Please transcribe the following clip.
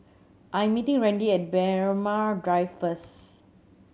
I meeting Randi at Braemar Drive first